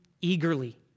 eagerly